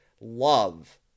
love